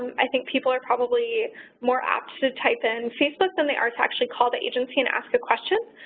i think people are probably more apt to type in facebook than they are to actually call the agency and ask a question.